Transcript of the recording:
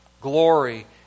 glory